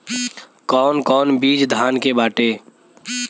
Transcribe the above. कौन कौन बिज धान के बाटे?